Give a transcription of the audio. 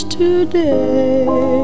today